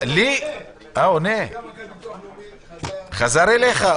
גם מנכ"ל הביטוח הלאומי חזר אליי.